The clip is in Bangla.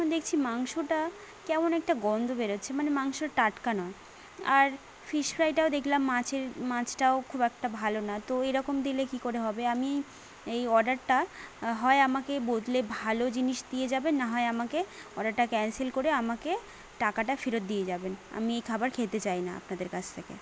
তখন দেখছি মাংসটা কেমন একটা গন্ধ বেরোচ্ছে মানে মাংস টাটকা না আর ফিস ফ্রাইটাও দেকলাম মাছের মাছটাও খুব একটা ভালো না তো এরকম দিলে কি করে হবে আমি এই অর্ডারটা হয় আমাকে বদলে ভালো জিনিস দিয়ে যাবেন না হয় আমাকে অর্ডারটা ক্যান্সেল করে আমাকে টাকাটা ফেরত দিয়ে যাবেন আমি এই খাবার খেতে চাই না আপনাদের কাছ থেকে